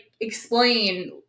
explain